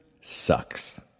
sucks